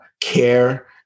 care